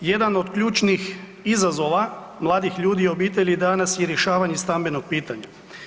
Jedan od ključnih izazova mladih ljudi i obitelji danas je rješavanje stambenog pitanja.